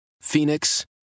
Phoenix